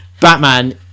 Batman